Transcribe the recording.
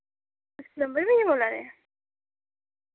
तुस प्लम्बर भैया बोल्ला दे